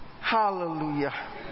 Hallelujah